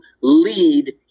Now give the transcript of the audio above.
lead